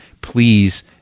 please